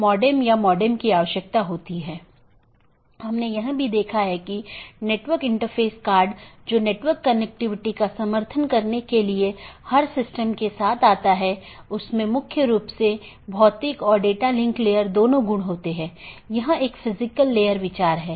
दूसरे अर्थ में हमारे पूरे नेटवर्क को कई ऑटॉनमस सिस्टम में विभाजित किया गया है जिसमें कई नेटवर्क और राउटर शामिल हैं जो ऑटॉनमस सिस्टम की पूरी जानकारी का ध्यान रखते हैं हमने देखा है कि वहाँ एक बैकबोन एरिया राउटर है जो सभी प्रकार की चीजों का ध्यान रखता है